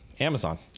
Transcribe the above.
amazon